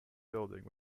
building